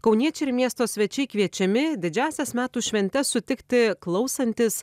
kauniečiai ir miesto svečiai kviečiami didžiąsias metų šventes sutikti klausantis